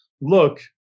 look